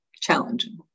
challenging